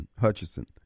Hutchison